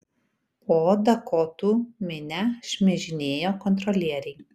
po dakotų minią šmižinėjo kontrolieriai